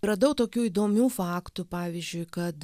radau tokių įdomių faktų pavyzdžiui kad